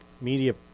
media